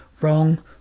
wrong